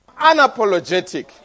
unapologetic